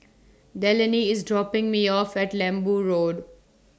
Delaney IS dropping Me off At Lembu Road